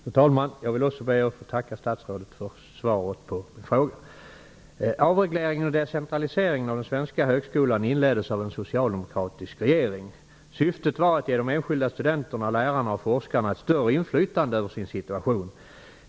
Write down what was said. Fru talman! Jag vill också tacka statsrådet för svaret. Avregleringen och decentraliseringen av den svenska högskolan inleddes av en socialdemokratisk regering. Syftet var att ge de enskilda studenterna, lärarna och forskarna större inflytande över sin situation.